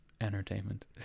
Entertainment